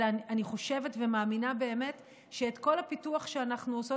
אלא אני חושבת ומאמינה באמת שאת כל הפיתוח שאנחנו עושות